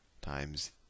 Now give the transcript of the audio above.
times